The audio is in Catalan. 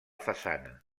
façana